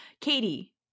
Katie